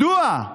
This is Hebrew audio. מדוע?